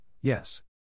yes